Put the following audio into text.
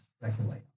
speculate